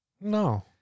No